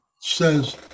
says